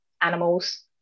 animals